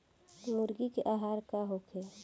मुर्गी के आहार का होखे?